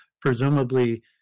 Presumably